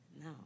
No